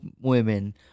women